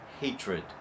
hatred